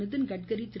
Nitin Gadkari Thiru